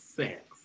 sex